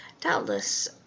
doubtless